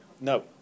No